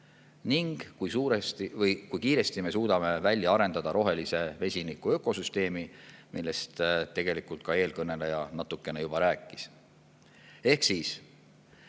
ning kui kiiresti me suudame välja arendada rohelise vesiniku ökosüsteemi, millest eelkõneleja tegelikult natukene juba rääkis. Ehk siis